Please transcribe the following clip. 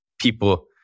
people